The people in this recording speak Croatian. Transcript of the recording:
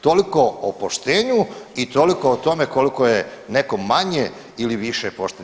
Toliko o poštenju i toliko o tome koliko je netko manje ili više pošten.